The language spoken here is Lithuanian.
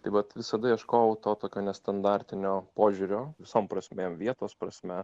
taip vat visada ieškojau to tokio nestandartinio požiūrio visom prasmėm vietos prasme